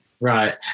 Right